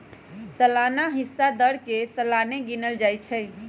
सलाना हिस्सा दर के सलाने गिनल जाइ छइ